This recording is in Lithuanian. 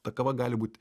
ta kava gali būt